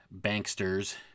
banksters